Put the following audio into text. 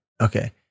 Okay